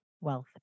Wealth